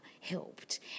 helped